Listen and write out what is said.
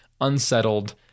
unsettled